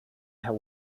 herr